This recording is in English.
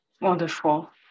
Wonderful